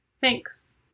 Thanks